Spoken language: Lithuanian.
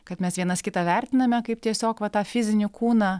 kad mes vienas kitą vertiname kaip tiesiog va tą fizinį kūną